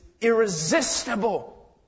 irresistible